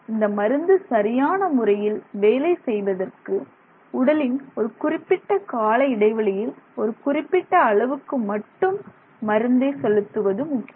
இந்த மருந்து சரியான முறையில் வேலை செய்வதற்கு உடலின் ஒரு குறிப்பிட்ட கால இடைவெளியில் ஒரு குறிப்பிட்ட அளவுக்கு மட்டும் மருந்தை செலுத்துவது முக்கியம்